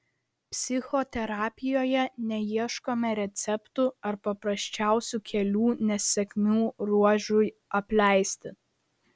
psichoterapijoje neieškome receptų ar paprasčiausių kelių nesėkmių ruožui apleisti